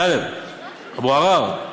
טלב אבו עראר,